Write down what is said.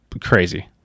crazy